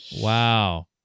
Wow